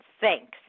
Thanks